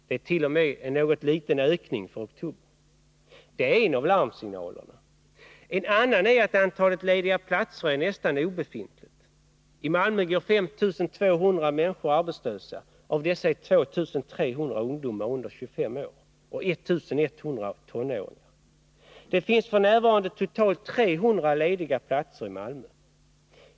Det är t.o.m. en viss liten ökning för oktober. Det är en av larmsignalerna. En annan är att antalet lediga platser är nästan obefintligt. I Malmö går 5 200 människor arbetslösa. Av dessa är 2 300 ungdomar under 25 år och 1 100 tonåringar. Det finns f. n. totalt 300 lediga platser i Malmö.